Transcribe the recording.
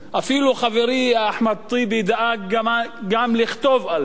אפילו חברי אחמד טיבי דאג גם לכתוב על זה.